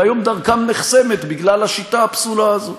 והיום דרכם נחסמת בגלל השיטה הפסולה הזאת.